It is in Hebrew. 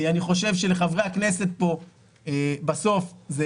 אני חושב שלחברי הכנסת פה בסוף זה